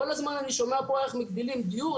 כל הזמן אני שומע פה איך מגדילים דיור,